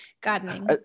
gardening